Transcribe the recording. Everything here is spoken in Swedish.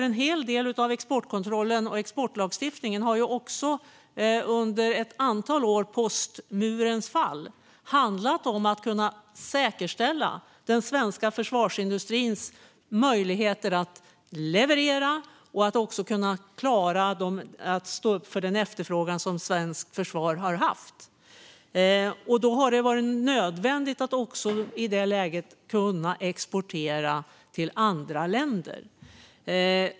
En hel del av exportkontrollen och exportlagstiftningen har ju under ett antal år efter murens fall också handlat om att kunna säkerställa den svenska försvarsindustrins möjligheter att leverera utifrån den efterfrågan som svenskt försvar har haft. I det läget har det varit nödvändigt att också kunna exportera till andra länder.